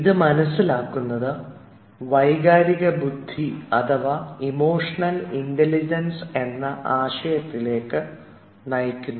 ഇത് മനസ്സിലാക്കുന്നത് വൈകാരിക ബുദ്ധി അഥവാ ഇമോഷണൽ ഇൻറലിജൻസ് എന്ന ആശയത്തിലേക്ക് നയിക്കുന്നു